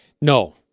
No